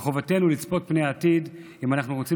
מחובתנו לצפות פני עתיד אם אנחנו רוצים